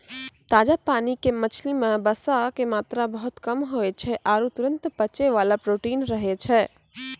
ताजा पानी के मछली मॅ वसा के मात्रा बहुत कम होय छै आरो तुरत पचै वाला प्रोटीन रहै छै